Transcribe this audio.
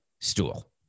stool